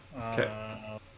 Okay